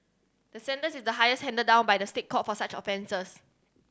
the sentence is the highest handed down by the State Court for such offences